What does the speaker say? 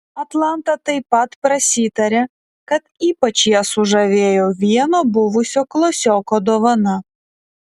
atlanta taip pat prasitarė kad ypač ją sužavėjo vieno buvusio klasioko dovana